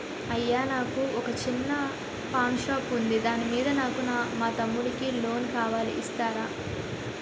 అయ్యా నాకు వొక చిన్న పాన్ షాప్ ఉంది దాని మీద నాకు మా తమ్ముడి కి లోన్ కావాలి ఇస్తారా?